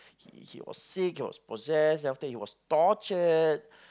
he he he was sick he was possessed then after that he was tortured